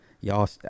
Y'all